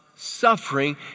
suffering